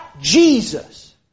Jesus